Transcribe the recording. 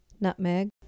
nutmeg